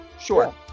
Sure